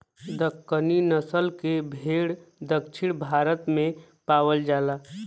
दक्कनी नसल के भेड़ दक्षिण भारत में पावल जाला